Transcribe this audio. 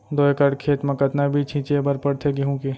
दो एकड़ खेत म कतना बीज छिंचे बर पड़थे गेहूँ के?